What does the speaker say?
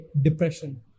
depression